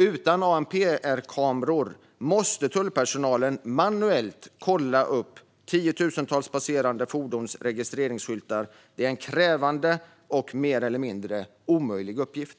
Utan ANPR-kameror måste tullpersonalen manuellt kolla upp tiotusentals passerande fordons registreringsskyltar. Det är en krävande och mer eller mindre omöjlig uppgift.